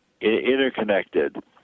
interconnected